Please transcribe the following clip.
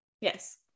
yes